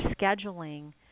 scheduling